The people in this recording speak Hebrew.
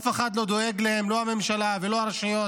אף אחד לא דואג להם, לא הממשלה ולא הרשויות.